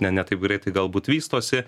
ne ne taip greitai galbūt vystosi